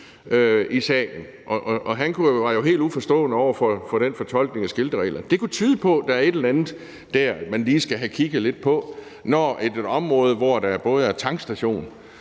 politiet. Han var helt uforstående over for den fortolkning af skiltereglerne. Det kunne tyde på, at der er et eller andet der, man lige skal have kigget lidt på, når man i et område, hvor der både er tankstation